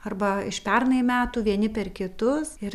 arba iš pernai metų vieni per kitus ir